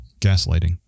gaslighting